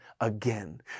again